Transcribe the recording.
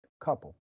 couple